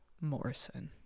Morrison